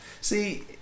See